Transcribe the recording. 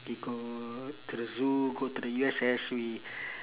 we go to the zoo go to the U_S_S we